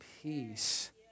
peace